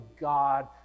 God